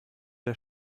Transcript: der